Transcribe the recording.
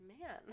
man